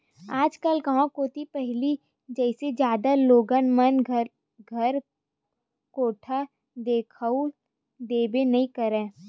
आजकल गाँव कोती पहिली जइसे जादा लोगन मन घर कोठा दिखउल देबे नइ करय